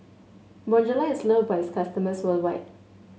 Bonjela is loved by its customers worldwide